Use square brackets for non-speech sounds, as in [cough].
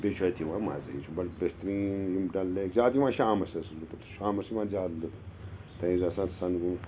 بیٚیہِ چھُ اَتہِ یِوان مَزٕ یہِ چھُ بَڑٕ بہتریٖن یِم ڈَل لیک زیادٕ یِوان شامَس حظ لُطف شامَس یِوان زیادٕ لُطف تَمہِ وِزِ آسان سَن [unintelligible]